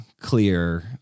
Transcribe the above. clear